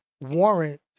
warrant